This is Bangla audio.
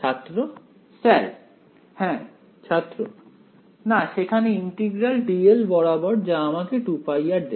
ছাত্র স্যার হ্যাঁ ছাত্র না সেখানে ইন্টিগ্রাল dl বরাবর যা আমাকে 2πr দেবে